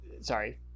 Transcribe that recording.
Sorry